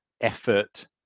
effort